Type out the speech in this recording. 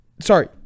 sorry